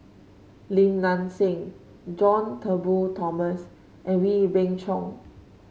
Lim Nang Seng John Turnbull Thomson and Wee Beng Chong